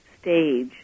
stage